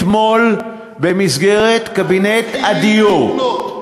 אתמול במסגרת קבינט הדיור, מתי מתחילים לבנות?